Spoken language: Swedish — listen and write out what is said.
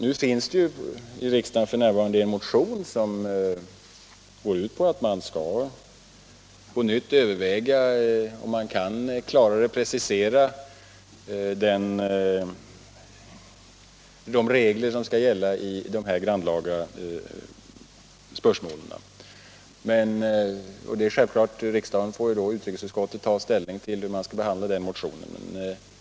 Nu föreligger i riksdagen en motion som går ut på att man på nytt skall överväga om man kan klarare precisera de regler som skall gälla i dessa grannlaga spörsmål. Självfallet får utrikesutskottet och riksdagen ta ställning till hur man skall behandla den motionen.